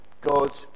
God